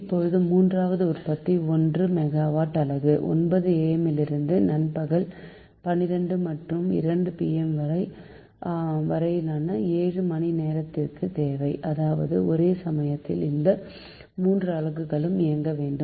இப்போது மூன்றாவது உற்பத்தி 1 மெகாவாட் அலகு 9 am லிருந்து நண்பகல் 12 மற்றும் 2 pm லிருந்து 6 pm வரையான 7 மணிநேரத்திற்கு தேவை அதாவது ஒரே சமயத்தில் இந்த 3 அலகுகளும் இயங்க வேண்டும்